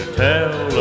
tell